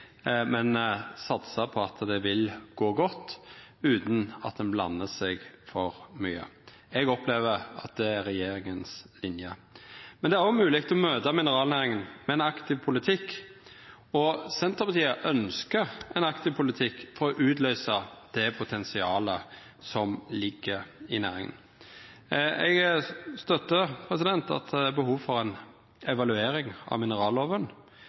men satsar på at det vil gå godt utan at ein blandar seg inn for mykje. Eg opplever at det er regjeringas linje. Det er òg mogleg å møta mineralnæringa med ein aktiv politikk, og Senterpartiet ønskjer ein aktiv politikk for å utløysa det potensialet som ligg i næringa. Eg støttar at det er behov for ei evaluering av minerallova.